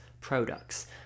Products